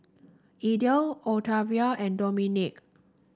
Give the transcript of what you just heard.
Idell Octavia and Dominik